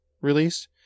released